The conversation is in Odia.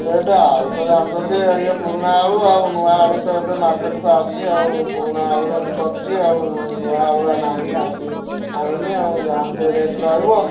ରେଟ୍ ଆଳୁ ତ ଜାଣିଛନ୍ତି ଇଏ ପୁରୁଣା ଆଳୁ ଆଉ ନୂଆ ଆଳୁ ତ ଏବେ ମାର୍କେଟକୁ ଆସିଛି ଆଉ ପୁରୁଣା ଆଳୁରେ ମୁଁ କରିଛି ଆଉ ନୂଆ ଆଳୁ ନାହିଁ ଆସି ଆଣିନି ଆଉ ଯାହା ହେନେ ଟିକେ ରେଟ୍ ରହିବ